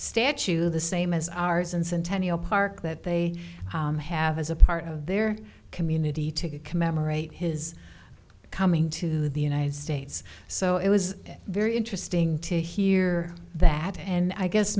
statue the same as ours and centennial park that they have as a part of their community to commemorate his coming to the united states so it was very interesting to hear that and i guess